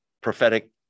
Prophetic